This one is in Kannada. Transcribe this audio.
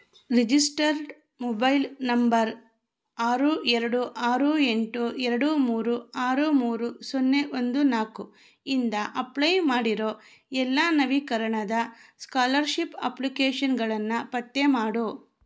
ರಿಜಿಸ್ಟರ್ಡ್ ಮೊಬೈಲ್ ನಂಬರ್ ಆರು ಎರಡು ಆರು ಎಂಟು ಎರಡು ಮೂರು ಆರು ಮೂರು ಸೊನ್ನೆ ಒಂದು ನಾಲ್ಕು ಇಂದ ಅಪ್ಲೈ ಮಾಡಿರೋ ಎಲ್ಲ ನವೀಕರಣದ ಸ್ಕಾಲರ್ಷಿಪ್ ಅಪ್ಲಿಕೇಷನ್ಗಳನ್ನು ಪತ್ತೆ ಮಾಡು